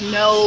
no